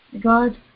God